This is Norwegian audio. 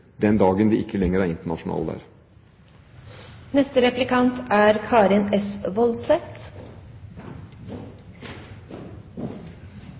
den dagen det ikke lenger er